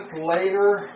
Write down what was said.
later